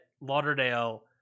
lauderdale